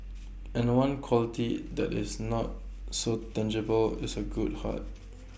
and one quality that is not so tangible is A good heart